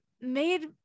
made